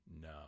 no